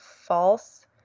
false